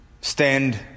stand